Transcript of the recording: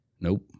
Nope